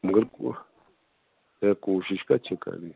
مگر کو ہے کوٗشِش کَتہِ چھِ کَرٕنۍ